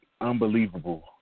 unbelievable